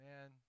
man